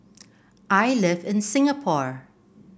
I live in Singapore